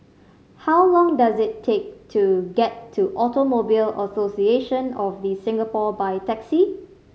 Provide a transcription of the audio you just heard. how long does it take to get to Automobile Association of The Singapore by taxi